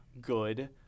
good